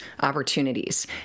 opportunities